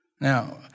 Now